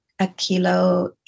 Akilo